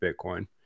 Bitcoin